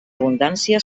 abundància